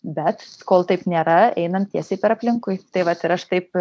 bet kol taip nėra einam tiesiai per aplinkui tai vat ir aš taip